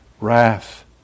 wrath